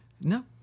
no